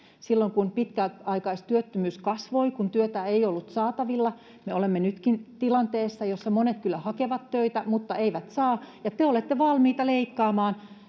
silloin kun pitkäaikaistyöttömyys kasvoi, kun työtä ei ollut saatavilla. Me olemme nytkin tilanteessa, jossa monet kyllä hakevat töitä, mutta eivät saa, [Heikki